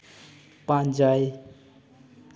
ᱯᱟᱸᱡᱟᱭ